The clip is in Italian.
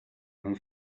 non